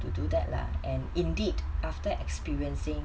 to do that lah and indeed after experiencing